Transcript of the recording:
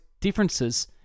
differences